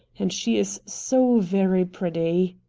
and she is so very pretty.